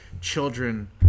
children